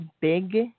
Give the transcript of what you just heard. big